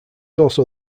also